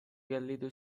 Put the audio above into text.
gelditu